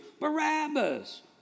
Barabbas